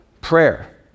prayer